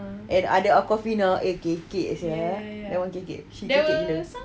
and ada awkwafina eh kekek sia memang kekek she kekek gila